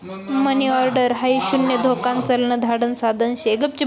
मनी order हाई शून्य धोकान चलन धाडण साधन शे